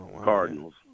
Cardinals